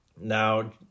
now